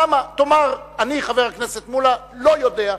למה, תאמר: אני, חבר הכנסת מולה, לא יודע.